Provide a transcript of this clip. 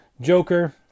Joker